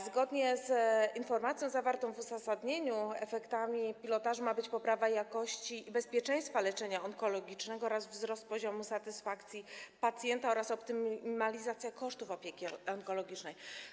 Zgodnie z informacją zawartą w uzasadnieniu efektami pilotażu mają być poprawa jakości i bezpieczeństwa leczenia onkologicznego oraz wzrost poziomu satysfakcji pacjenta, a także optymalizacja kosztów opieki onkologicznej.